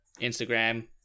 Instagram